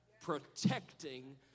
Protecting